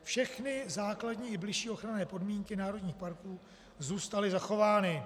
Všechny základní i bližší ochranné podmínky národních parků zůstaly zachovány.